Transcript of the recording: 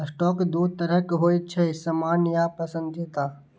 stock दू तरहक होइ छै, सामान्य आ पसंदीदा